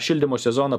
šildymo sezoną